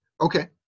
Okay